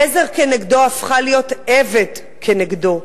עזר כנגדו הפכה להיות עבד כנגדו.